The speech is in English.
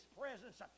presence